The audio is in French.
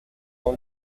dans